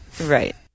Right